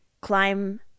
climb